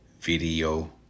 video